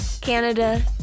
Canada